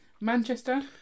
Manchester